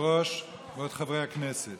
חברת הכנסת